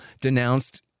denounced